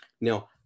Now